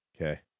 okay